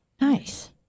Nice